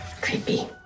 creepy